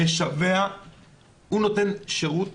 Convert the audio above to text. הוא נותן שירות